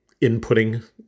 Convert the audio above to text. inputting